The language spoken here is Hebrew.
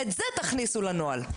את זה תכניסו לנוהל,